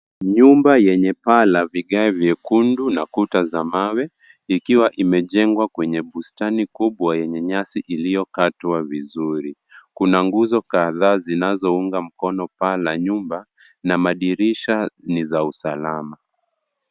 Nyumba yenye paa la vigae vyekundu na kuta za mawe, ikiwa imejengwa kwenye bustani kubwa yenye nyasi iliyokatwa vizuri. Kuna nguzo kadhaa zinazounga mkono paa la nyumba, na madirisha ni za usalama.